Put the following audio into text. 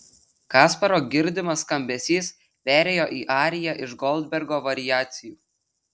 kasparo girdimas skambesys perėjo į ariją iš goldbergo variacijų